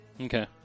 Okay